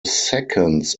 seconds